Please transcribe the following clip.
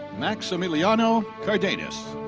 maximiliano cardenas.